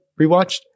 rewatched